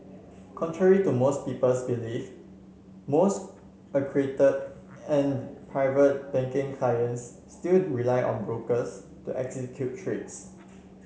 contrary to most people's belief most accredited and Private Banking clients still rely on brokers to execute trades